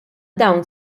dawn